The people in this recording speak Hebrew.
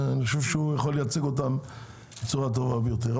אני חושב שהוא יכול לייצג אותם בצורה טובה ביותר.